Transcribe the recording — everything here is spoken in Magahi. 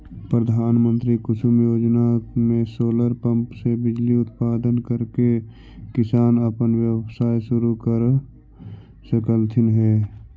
प्रधानमंत्री कुसुम योजना में सोलर पंप से बिजली उत्पादन करके किसान अपन व्यवसाय शुरू कर सकलथीन हे